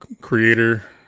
creator